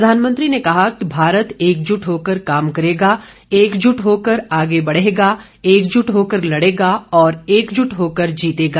प्रधानमंत्री ने कहा कि भारत एकजुट होकर काम करेगा एकजुट होकर आगे बढ़ेगा एकजुट होकर लड़ेगा और एकजुट होकर जीतेगा